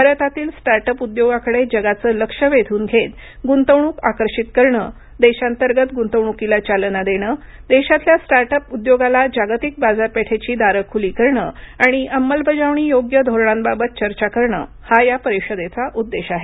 भारतातील स्टार्टअप उद्योगाकडे जगाचे लक्ष वेधून घेत गुंतवणूक आकर्षित करण देशांतर्गत गुंतवणूकीला चालना देणं देशातल्या स्टार्टअप उद्योगाला जागतिक बाजारपेठेची दारं खुली करणं आणि अंमलबजावणीयोग्य धोरणांबाबत चर्चा करणं हा या परिषदेचा उद्देश आहे